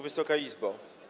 Wysoka Izbo!